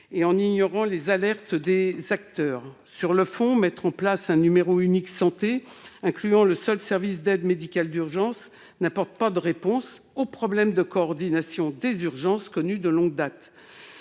et en ignorant les alertes des acteurs. Sur le fond, mettre en place un numéro unique santé incluant le seul service d'aide médicale d'urgence n'apporte pas de réponse aux problèmes de coordination des urgences, qui sont connus de longue date.